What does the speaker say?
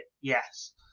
Yes